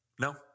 no